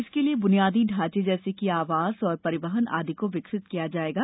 इसके लिए बुनियादी ढांचे जैसे कि आवास और परिवहन आदि को विकसित किया जायेगा